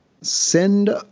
send